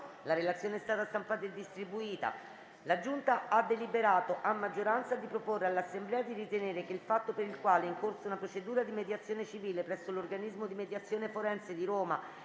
elezioni e delle immunità parlamentari ha deliberato, a maggioranza, di proporre all'Assemblea di ritenere che il fatto, per il quale è in corso una procedura di mediazione civile presso l'Organismo di mediazione forense di Roma